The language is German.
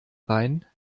rhein